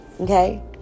Okay